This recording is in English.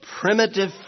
primitive